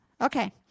Okay